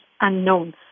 unknown